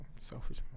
Selfish